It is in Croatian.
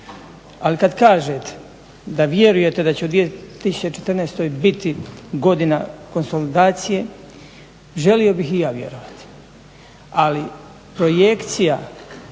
Ali kada kažete da vjerujete da će u 2014.biti godina konsolidacije želio bih i ja vjerovati, ali projekcija